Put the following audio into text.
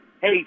hey